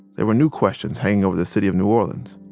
there were new questions hanging over the city of new orleans.